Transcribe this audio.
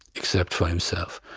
except for himself.